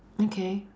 okay